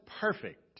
perfect